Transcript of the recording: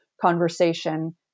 conversation